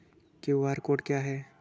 QR code क्या है?